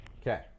Okay